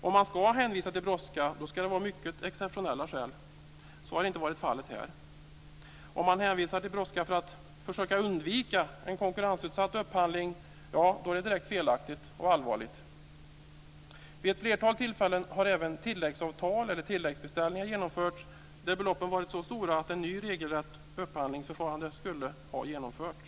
Om man hänvisar till brådska ska man ha mycket exceptionella skäl, och så har inte varit förhållandet i dessa fall. Om man hänvisar till brådska för att försöka undvika en konkurrensutsatt upphandling, är det direkt felaktigt och allvarligt. Vid ett flertal tillfällen har även tilläggsavtal eller tilläggsbeställningar genomförts där beloppen varit så stora att ett nytt regelrätt upphandlingsförfarande skulle ha genomförts.